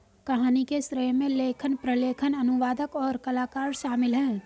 कहानी के श्रेय में लेखक, प्रलेखन, अनुवादक, और कलाकार शामिल हैं